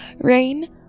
rain